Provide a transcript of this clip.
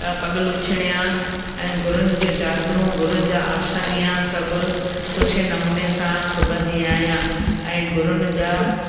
पगलुछणिया ऐं गुरुनि जूं चादरूं गुरुनि जा आशंदी आहियां सभु सुठे नमूने सां सिबंदी आहियां ऐं गुरुनि जा